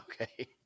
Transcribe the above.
Okay